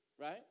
right